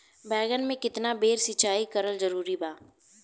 बैगन में केतना बेर सिचाई करल जरूरी बा?